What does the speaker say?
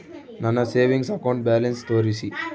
ನನ್ನ savings account balance ತೋರಿಸಿ?